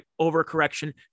overcorrection